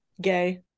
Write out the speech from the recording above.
gay